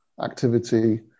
activity